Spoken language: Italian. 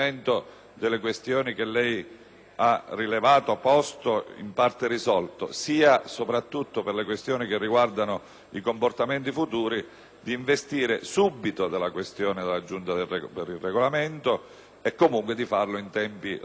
che lei ha posto ed in parte risolto, sia soprattutto per le tematiche che riguardano i comportamenti futuri, di investire subito della problematica la Giunta per il Regolamento e, comunque, di farlo in tempi ragionevolmente brevi.